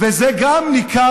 זה לא פורים